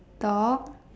dog